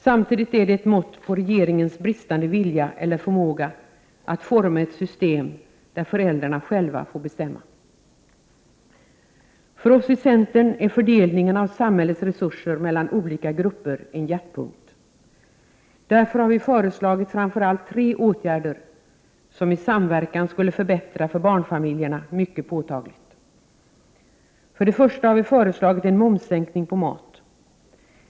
Samtidigt är det ett mått på regeringens bristande vilja eller förmåga att forma ett system där föräldrarna själva får bestämma. För oss i centern är fördelningen av samhällets resurser mellan olika grupper en hjärtpunkt. Därför har vi föreslagit framför allt tre åtgärder som i samverkan skulle förbättra för barnfamiljerna mycket påtagligt. För det första har vi föreslagit en sänkning av momsen på mat.